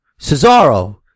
Cesaro